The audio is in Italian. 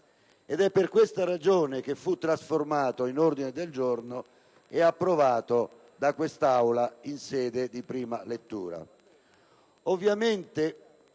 Per questa ragione l'emendamento fu trasformato in ordine del giorno, approvato da quest'Aula in sede di prima lettura.